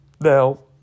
now